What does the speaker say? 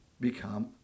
become